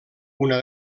una